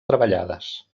treballades